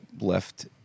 left